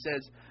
says